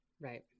Right